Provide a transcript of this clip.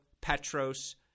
Petros